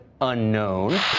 Unknown